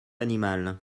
animal